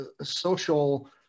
social